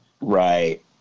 Right